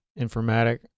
Informatic